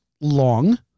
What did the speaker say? long